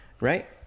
right